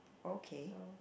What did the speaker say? okay